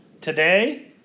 Today